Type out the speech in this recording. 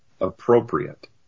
appropriate